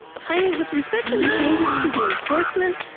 ah finally, with respect to the changes to the enforcement,